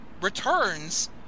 returns